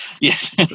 yes